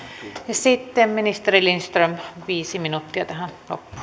sitten ministeri lindström viisi minuuttia tähän